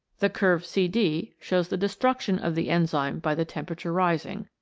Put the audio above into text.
the curve cd shows the destruction of the enzyme by the temperature rising.